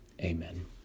Amen